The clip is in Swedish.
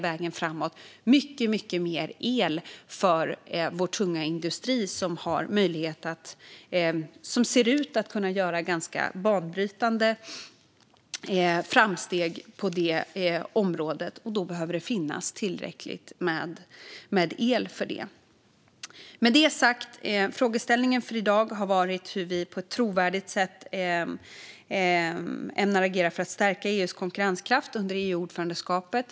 Vägen framåt är mycket mer el för vår tunga industri som ser ut att kunna göra ganska banbrytande framsteg på området. Då behöver det finnas tillräckligt med el för det. Med det sagt har frågeställningen i dag varit hur vi på ett trovärdigt sätt ämnar agera för att stärka EU:s konkurrenskraft under EU-ordförandeskapet.